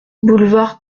boulevard